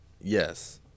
yes